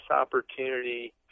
opportunity